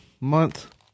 month